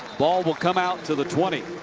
ball will come out to the twenty.